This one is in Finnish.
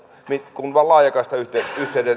kun laajakaistayhteydet